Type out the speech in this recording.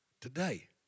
today